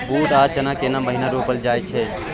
बूट आ चना केना महिना रोपल जाय छै?